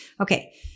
Okay